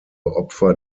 opfer